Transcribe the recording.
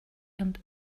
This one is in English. and